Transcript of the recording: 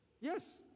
Yes